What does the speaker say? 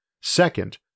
Second